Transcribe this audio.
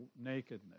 nakedness